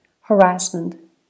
harassment